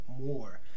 more